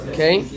Okay